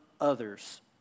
others